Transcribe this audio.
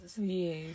yes